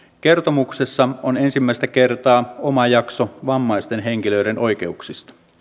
kertomuksessa on ensimmäistä kertaa oma jakso vammaisten henkilöiden oikeuksista